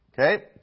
Okay